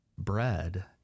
bread